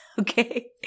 Okay